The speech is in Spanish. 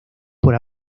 por